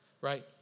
right